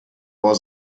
ohr